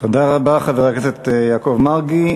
תודה רבה, חבר הכנסת יעקב מרגי.